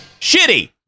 shitty